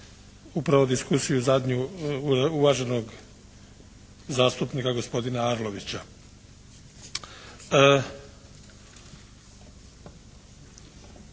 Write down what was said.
upravo diskusiju zadnju uvaženog zastupnika gospodina Arlovića.